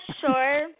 sure